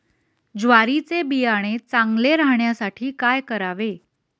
ज्वारीचे बियाणे चांगले राहण्यासाठी काय करावे?